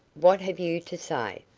what have you to say?